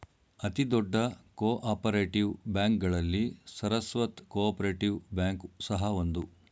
ಅತಿ ದೊಡ್ಡ cooperative ಬ್ಯಾಂಕ್ಗಳಲ್ಲಿ ಸರಸ್ವತ್ ಕೋಪರೇಟಿವ್ ಬ್ಯಾಂಕ್ ಸಹ ಒಂದು